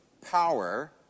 power